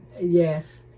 Yes